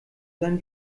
sein